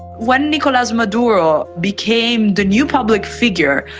when nicolas maduro became the new public figure,